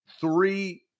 Three